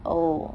oh